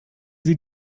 sie